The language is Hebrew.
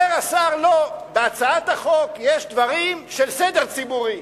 אומר השר: לא, בהצעת החוק יש דברים של סדר ציבורי.